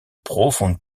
profonde